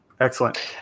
Excellent